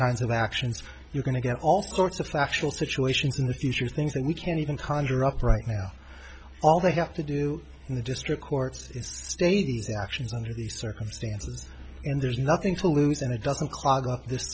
kinds of actions you're going to get all sorts of factual situations in the future things that we can't even conjure up right now all they have to do in the district courts is stating the actions under the circumstances and there's nothing to lose and it doesn't clog up th